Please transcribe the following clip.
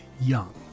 young